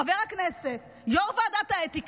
חבר הכנסת, יו"ר ועדת האתיקה,